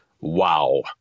wow